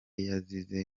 yazize